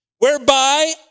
whereby